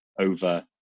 over